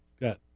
got